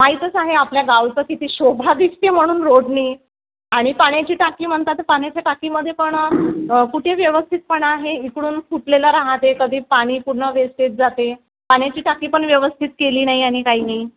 माहीतच आहे आपल्या गावचं किती शोभा दिसते म्हणून रोडने आणि पाण्याची टाकी म्हणतात पाण्याच्या टाकीमध्ये पण कुठे व्यवस्थितपणा आहे इकडून फुटलेलं राहते कधी पाणी पूर्ण वेस्टेज जाते पाण्याची टाकी पण व्यवस्थित केली नाही आणि काही नाही